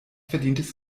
verdientes